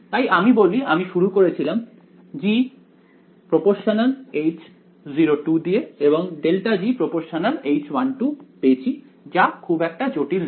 তাই আমি বলি আমি শুরু করেছিলাম g α H0 দিয়ে এবং ∇g α H1 পেয়েছি যা খুব একটা জটিল না